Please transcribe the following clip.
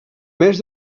més